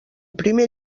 primer